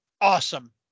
awesome